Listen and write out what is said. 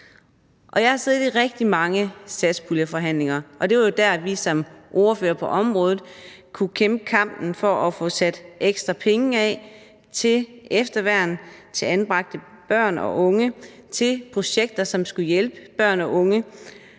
Jeg har siddet i rigtig mange satspuljeforhandlinger, og det var jo der, vi som ordførere på området kunne kæmpe kampen for at få sat ekstra penge af til efterværn til anbragte børn og unge, til projekter, som skulle hjælpe børn og unge,